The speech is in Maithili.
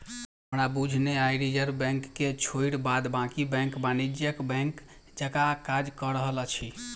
हमरा बुझने आइ रिजर्व बैंक के छोइड़ बाद बाँकी बैंक वाणिज्यिक बैंक जकाँ काज कअ रहल अछि